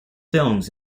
films